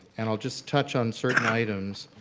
and i'll just touch on certain items